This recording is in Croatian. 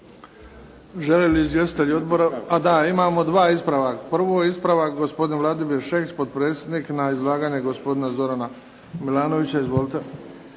**Bebić, Luka (HDZ)** Hvala. Imamo dva ispravka. Prvo je ispravak gospodin Vladimir Šeks potpredsjednik na izlaganje gospodina Zorana Milanovića. Izvolite.